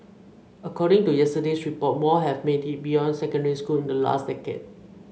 according to yesterday's report more have made it beyond secondary school in the last decade